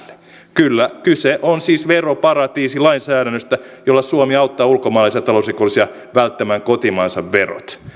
kyllä kyse on siis veroparatiisilainsäädännöstä jolla suomi auttaa ulkomaalaisia talousrikollisia välttämään kotimaansa verot